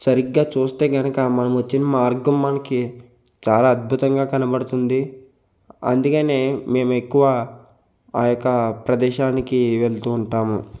సరిగ్గా చూస్తే కనక మనం వచ్చిన మార్గం మనకి చాలా అద్భుతంగా కనబడుతుంది అందుకని మేము ఎక్కువ ఆ యొక్క ప్రదేశానికి వెళుతు ఉంటాము